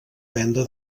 venda